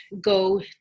go